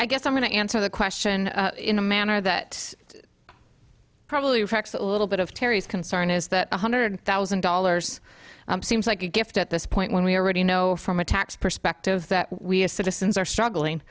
i guess i'm going to answer the question in a manner that probably reflects a little bit of terry's concern is that one hundred thousand dollars seems like a gift at this point when we already know from a tax perspective that we as citizens are struggling